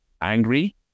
angry